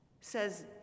says